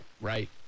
right